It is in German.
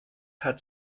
hat